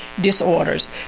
disorders